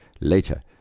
later